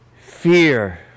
fear